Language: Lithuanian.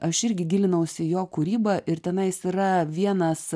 aš irgi gilinausi į jo kūrybą ir tenais yra vienas